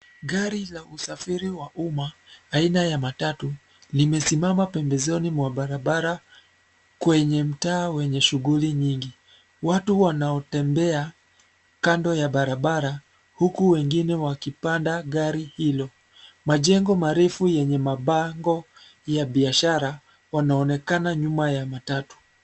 Gari la usafiri wa umma ,aina ya matatu, limesimama pembezoni mwa barabara kwenye mtaa wenye shughuli nyingi. Watu wanaotembea kando ya barabara, huku wengine wakipanda gari hilo. Majengo marefu yenye mabango ya biashara wanaonekana nyuma ya matatu.